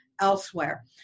elsewhere